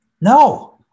No